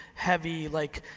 heavy like.